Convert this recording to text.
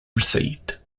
received